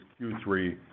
Q3